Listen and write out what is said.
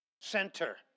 center